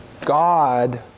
God